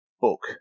book